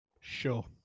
Sure